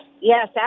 yes